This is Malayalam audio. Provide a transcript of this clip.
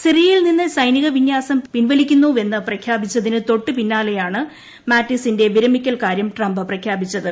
സിറിയയിൽ നിന്ന് സൈനിക വിന്യാസം പിൻവലിക്കുന്നു്വെന്ന് പ്രഖ്യാപിച്ചതിന് തൊട്ടുപിന്നാലെയാണ് മാറ്റിസിന്റെ വിരമിക്കൽ കാര്യം ട്രംപ് പ്രഖ്യാപിച്ചത്